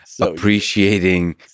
appreciating